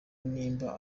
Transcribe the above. nimba